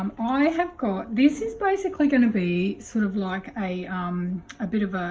um i have got this is basically going to be sort of like a um a bit of ah